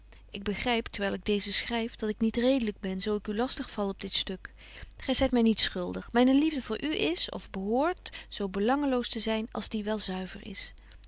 ik begryp terwyl ik deezen schryf dat ik niet redelyk ben zo ik u lastig val op dit stuk gy zyt my niets schuldig myne liefde voor u is of behoort zo belangeloos te zyn als die wel zuiver is